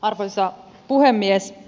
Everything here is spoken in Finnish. arvoisa puhemies